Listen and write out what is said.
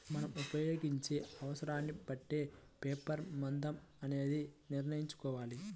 మనం ఉపయోగించే అవసరాన్ని బట్టే పేపర్ మందం అనేది నిర్ణయించుకోవాలి